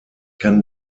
kann